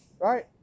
right